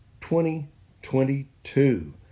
2022